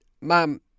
Mom